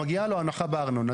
שמגיעה לו הנחה בארנונה,